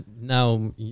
now